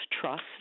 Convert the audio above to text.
Trust